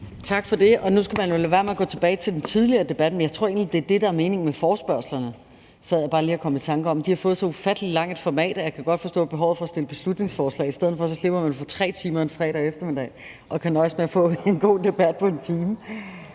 Tak for det. Nu skal man jo lade være med at gå tilbage til den tidligere debat, men jeg tror egentlig, at jeg ved, hvad meningen med forespørgslerne er, sad jeg bare lige og kom i tanke om. De har fået så ufattelig langt et format, at jeg godt kan forstå behovet for at fremsætte beslutningsforslag i stedet for; så slipper man for 3 timer en fredag eftermiddag og kan nøjes med at få en god debat på 1 time.